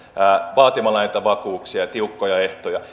vaatimalla näitä vakuuksia ja tiukkoja ehtoja